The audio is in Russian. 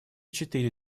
четыре